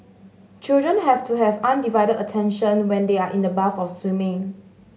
children have to have undivided attention when they are in the bath of swimming